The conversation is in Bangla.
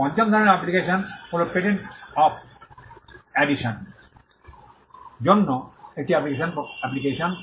পঞ্চম ধরণের অ্যাপ্লিকেশন হল পেটেণ্ট অফ আড্ডিশন জন্য একটি অ্যাপ্লিকেশন